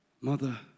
mother